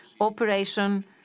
operation